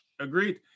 Agreed